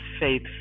faith